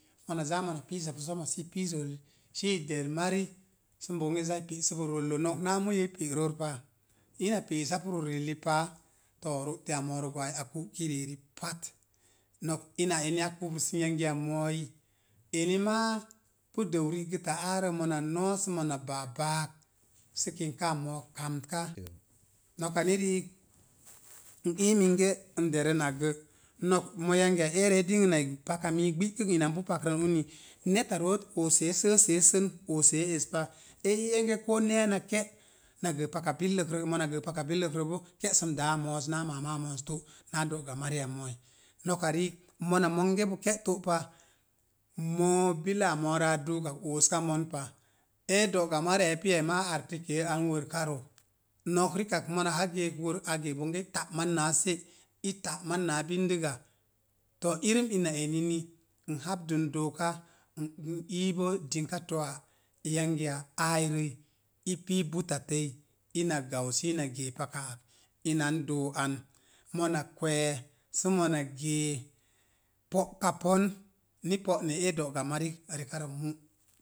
Mona zaa mona piisapu rolli, sommo sə i der mari, sə bonge zam mona pe'sabo roko nok ná muyo i pe’ ror pa. Ina pe'esapu rorelli páá, too, ro'teya moory gwa'ai a ku'ki ri'eri pat, nok ina eni a kubrusun yangiya mooyi eni maa pu dou rigəta áárə mina no̱o̱ sə mona baa báák sə kintkáá mo̱o̱k kamtika. Noka ni riik n ii minge n derən akgə, no̱k yangiya eero é dingənai. Paka miik gbi'kək ina mii npu pakrə n uni neta root. Oosé səəsee sən es pa é ii enge kooneya, na ke’ na gəə paka. Billəakrəbo kə'som daa mo̱o̱z naa mamáá mo̱o̱z to na do'ga mariya mooi. Noka riik mona monge bo ke̱ to'pa. Moo billaa mooro a duukak oosuka mon pa. éé dɔga mariya é pii aima a arti kee an wərkarə. Nok rikak mona geek wərk a gəək bonge i ta’ máz náá sé, i ta’ máz naa bindiga, too irəm ina enini n hapdən dooka. n ii bo dingka to'a áái rəi i pii butattə. I na gan sə ina gee paka ak ina n do̱o̱ an mona kwe̱e̱ so mona gee po'ka pon, ni po'nee ee dɔga marik rekarə mu.